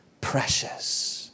precious